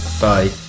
Bye